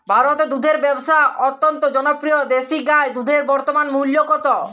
ভারতে দুধের ব্যাবসা অত্যন্ত জনপ্রিয় দেশি গাই দুধের বর্তমান মূল্য কত?